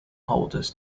holders